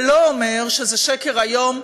זה לא אומר שזה שקר היום.